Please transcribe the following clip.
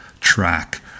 track